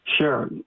Sure